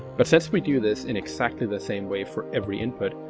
but since we do this in exactly the same way for every input,